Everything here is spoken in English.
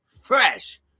fresh